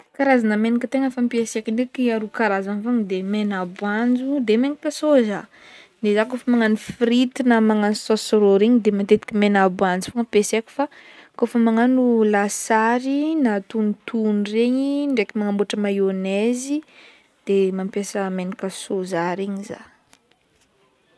Karazagna menaka tegna fampiasaiko ndraiky aroa karazagny fogna, menamboanjo de menaky soja, de zaho kaofa magnano frity na magnano saosy ro regny de matetiky menamboanjo fogny ampesaiko, fa kaofa magnano lasary na tognotogno regny ndraiky manaboatra mayonnaise de mampiasa menaka soja regny za.